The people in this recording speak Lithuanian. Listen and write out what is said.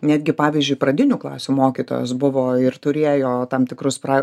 netgi pavyzdžiui pradinių klasių mokytojos buvo ir turėjo tam tikrus pra